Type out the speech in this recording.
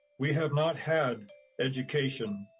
we have not had education.